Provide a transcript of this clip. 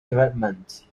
development